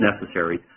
necessary